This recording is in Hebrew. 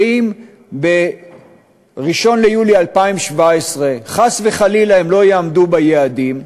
שאם ב-1 ביולי 2017 חס וחלילה הם לא יעמדו ביעדים,